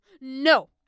No